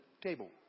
table